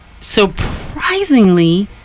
surprisingly